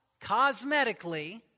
cosmetically